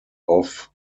off